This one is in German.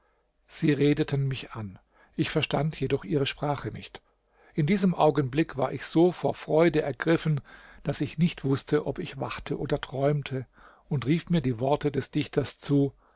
sie redeten mich an ich verstand jedoch ihre sprache nicht in diesem augenblick war ich so von freude ergriffen daß ich nicht wußte ob ich wachte oder träumte und rief mir die worte des dichters zu